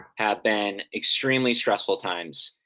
have been extremely stressful times.